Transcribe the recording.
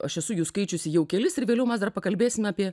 aš esu jų skaičius jau kelis ir vėliau mes dar pakalbėsime apie